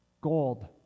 Gold